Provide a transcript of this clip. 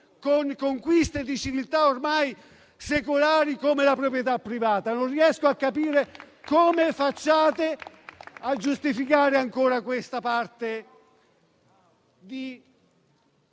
con conquiste di civiltà ormai secolari come la proprietà privata. Non riesco a capire come facciate a giustificare ancora questa parte di